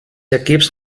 equips